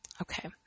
Okay